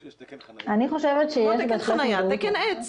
כמו תקן חניה תקן עץ.